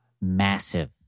Massive